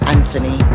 Anthony